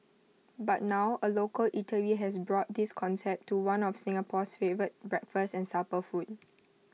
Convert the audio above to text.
but now A local eatery has brought this concept to one of Singapore's favourite breakfast and supper food